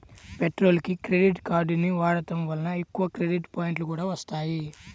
పెట్రోల్కి క్రెడిట్ కార్డుని వాడటం వలన ఎక్కువ క్రెడిట్ పాయింట్లు కూడా వత్తాయి